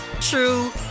true